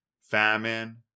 famine